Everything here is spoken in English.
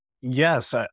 Yes